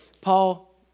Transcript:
Paul